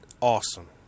Awesome